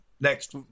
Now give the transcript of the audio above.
Next